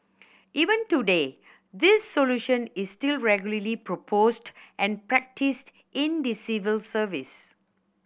even today this solution is still regularly proposed and practised in the civil service